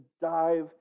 dive